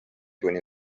kuni